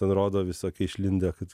ten rodo visokie išlindę kad